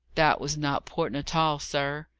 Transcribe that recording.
that was not port natal, sir.